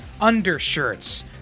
undershirts